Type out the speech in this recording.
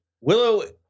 Willow